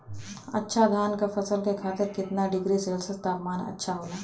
अच्छा धान क फसल के खातीर कितना डिग्री सेल्सीयस तापमान अच्छा होला?